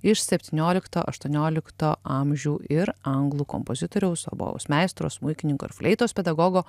iš septyniolikto aštuoniolikto amžių ir anglų kompozitoriaus obojaus meistro smuikininko ir fleitos pedagogo